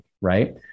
right